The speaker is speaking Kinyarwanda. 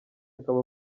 akaba